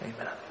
Amen